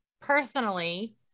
personally